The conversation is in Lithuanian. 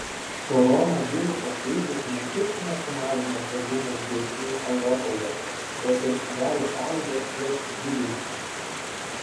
koronaviruso krizė ne tik nesumažino saugumo grėsmių europoje bet ir sudarė sąlygas jas didinti